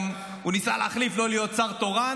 הוא גם ניסה להחליף ולא להיות שר תורן